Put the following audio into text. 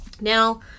Now